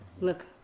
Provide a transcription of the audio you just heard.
Look